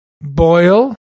Boil